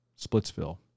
Splitsville